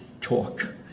talk